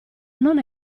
non